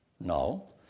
No